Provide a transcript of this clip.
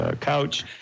couch